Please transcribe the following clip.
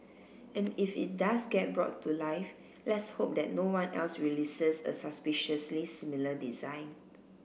and if it does get brought to life let's hope that no one else releases a suspiciously similar design